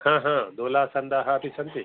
दोलासन्दाः अपि सन्ति